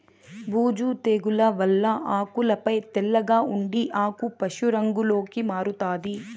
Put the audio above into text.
బూజు తెగుల వల్ల ఆకులపై తెల్లగా ఉండి ఆకు పశు రంగులోకి మారుతాది